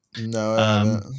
No